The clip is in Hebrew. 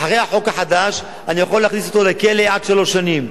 אחרי החוק החדש אני יכול להכניס אותו לכלא עד שלוש שנים.